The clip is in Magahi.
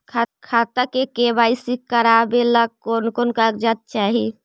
खाता के के.वाई.सी करावेला कौन कौन कागजात चाही?